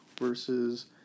versus